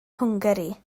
hwngari